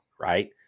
right